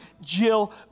Jill